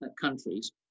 countries